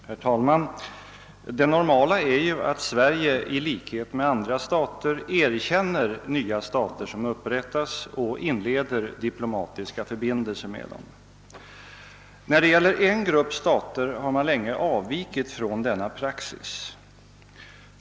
Herr talman! Det normala är att Sverige i likhet med andra stater erkänner nya stater som upprättas och inleder diplomatiska förbindelser med dem. När det gäller en grupp stater har man länge avvikit från denna praxis.